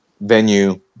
venue